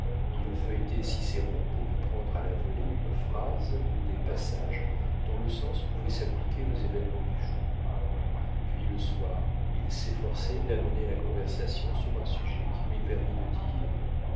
il feuilletait cicéron pour y prendre à la volée une phrase ou des passages dont le sens pouvait s'appliquer aux événements du jour puis le soir il s'efforçait d'amener la conversation sur un sujet qui lui permît de dire